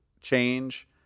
change